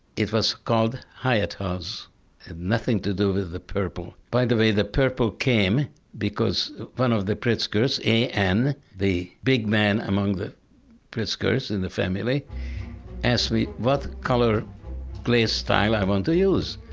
it was called hyatt house, had nothing to do with the purple. by the way, the purple came because one of the pritzkers, a n, the big man among the pritzkers in the family asked me what color glaze style i want to use.